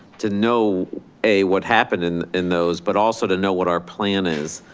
to know a, what happened in in those but also to know what our plan is.